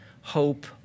hope